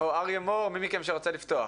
או אריה מור, מי מכם שרוצה לפתוח.